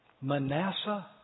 Manasseh